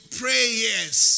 prayers